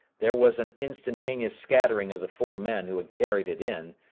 there was an instantaneous scattering of the four men who had carried it in,